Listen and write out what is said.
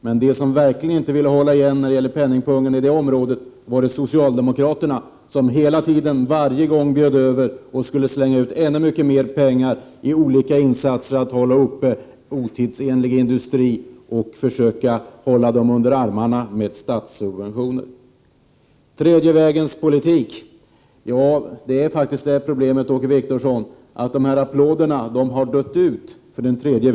Men de som verkligen inte ville hålla igen penningpungen på det området var socialdemokraterna, som varje gång bjöd över och skulle slänga ut ännu mer pengar på olika insatser för att hålla uppe otidsenlig industri och försöka hålla industrin under armarna med statssubventioner. När det gäller den tredje vägens politik är problemet att applåderna har dött ut, Åke Wictorsson.